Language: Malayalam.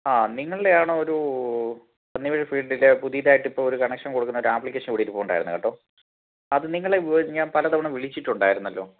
ആ നിങ്ങളുടെയാണോ ഒരു പന്നിയൂർ ഫീല്ഡിലെ പുതിയതായിട്ട് ഇപ്പോൾ ഒരു കണക്ഷൻ കൊടുക്കുന്ന ഒരു അപ്ലിക്കേഷൻ ഇവിടെ ഇരിപ്പുണ്ടായിരുന്നു കേട്ടോ അത് നിങ്ങളെ ഞാൻ പല തവണ വിളിച്ചിട്ടുണ്ടാരുന്നല്ലോ